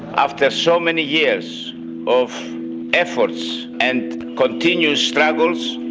after so many years of efforts and continued struggles,